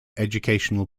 educational